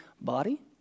body